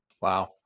wow